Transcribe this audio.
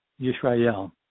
Yisrael